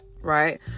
right